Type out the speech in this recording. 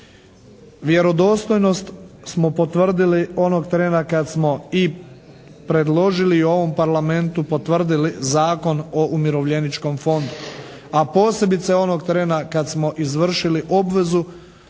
Vjerodostojnost smo potvrdili onog trena kad smo i predložili i ovom Parlamentu potvrdili Zakon o Umirovljeničkom fondu. A posebice onog trena kad smo izvršili obvezu